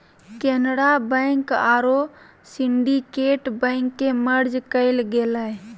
Canara Bank आरो Syndicate Bank के merge कइल गेलय